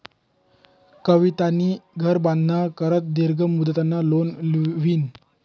कवितानी घर बांधाना करता दीर्घ मुदतनं लोन ल्हिनं